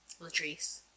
Latrice